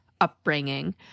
upbringing